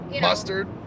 Mustard